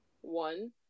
one